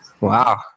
Wow